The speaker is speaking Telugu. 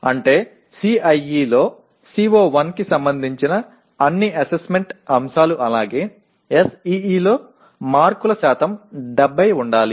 అంటే CIE లో CO1 కి సంబంధించిన అన్ని అసెస్మెంట్ అంశాలు అలాగే SEE లో మార్కుల శాతం 70 ఉండాలి